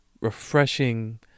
refreshing